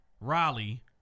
Raleigh